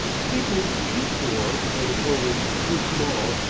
people too poor, or with holdings too small,